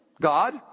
God